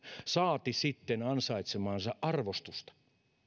saati sitten ansaitsemaansa arvostusta